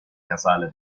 casale